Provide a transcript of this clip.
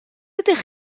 ydych